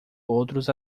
outros